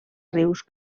rius